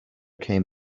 came